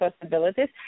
possibilities